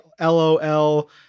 LOL